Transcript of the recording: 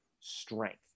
strength